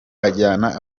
ajyana